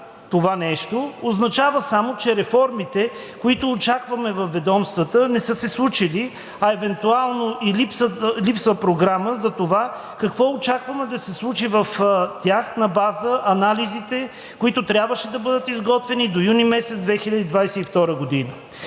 това нещо, означава само, че реформите, които очакваме във ведомствата, не са се случили, а евентуално и липсва програма за това какво очакваме да се случи в тях на база анализите, които трябваше да бъдат изготвени до месец юни 2022 г.